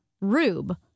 Rube